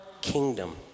kingdom